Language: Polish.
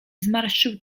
zmarszczył